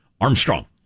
Armstrong